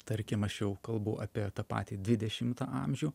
tarkim aš jau kalbu apie tą patį dvidešimtą amžių